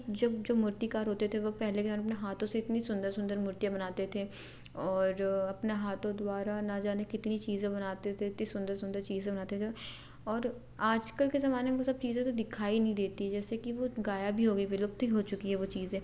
जब जो मूर्तिकार होते थे वे पहले क्या अपने हाथों से इतनी सुंदर सुंदर मूर्तियाँ बनाते थें और अपना हाथों द्वारा न जाने कितनी चीज़ें बनाते थे इतनी सुंदर सुंदर चीज़ें बनाते थे और आज कल के ज़माने में वे सब चीज़ें तो दिखाई नहीं देती जैसे कि वह गायब ही हो गई विलुप्त ही हो चुकी हैं वे चीज़ें